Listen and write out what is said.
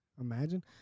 Imagine